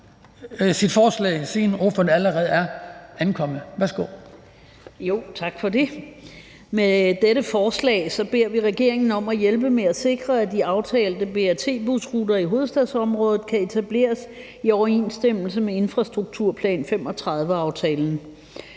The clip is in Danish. Med dette forslag beder vi regeringen om at hjælpe med at sikre, at de aftalte BRT-busruter i hovedstadsområdet kan etableres i overensstemmelse med infrastrukturplan 2035-aftalen.